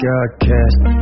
Godcast